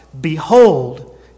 Behold